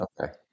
Okay